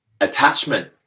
attachment